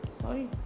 Sorry